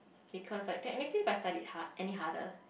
because like technically if I studied hard any harder